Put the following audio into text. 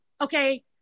okay